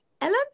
Ellen